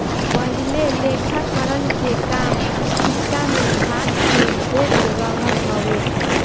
पहिले लेखाकरण के काम पुस्तिका में हाथ से होत रहल हवे